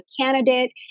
candidate